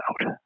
out